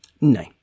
No